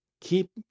keep